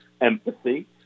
empathy